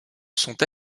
sont